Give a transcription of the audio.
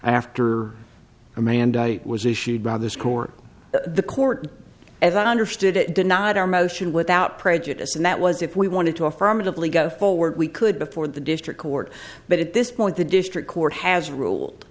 after a mandate was issued by this court the court as i understood it did not our motion without prejudice and that was if we wanted to affirmatively go forward we could before the district court but at this point the district court has ruled